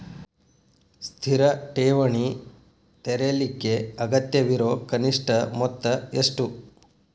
ಸ್ಥಿರ ಠೇವಣಿ ತೆರೇಲಿಕ್ಕೆ ಅಗತ್ಯವಿರೋ ಕನಿಷ್ಠ ಮೊತ್ತ ಎಷ್ಟು?